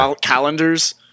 Calendars